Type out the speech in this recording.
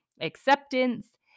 acceptance